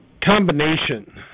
combination